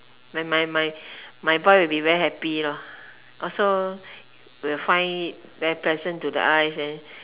when my my my boy will be very happy lor also will find very pleasant to the eyes then